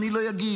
אני לא אגיש,